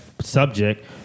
subject